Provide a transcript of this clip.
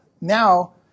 now